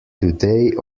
today